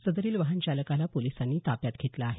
सदरील वाहन चालकाला पोलिसांनी ताब्यात घेतलं आहे